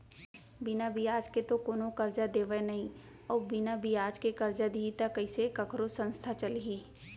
बिना बियाज के तो कोनो करजा देवय नइ अउ बिना बियाज के करजा दिही त कइसे कखरो संस्था चलही